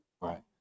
Right